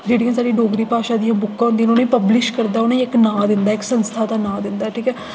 जेह्ड़ियां साढ़ी डोगरी भाशा दियां बुक्कां होंदियां उ'नें ई पब्लिश करदा उ'नें इक नांऽ दिंदा ऐ इक संस्था दा नांऽ दिंदा ऐ ठीक ऐ